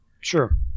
Sure